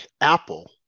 apple